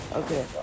okay